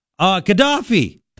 Gaddafi